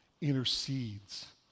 intercedes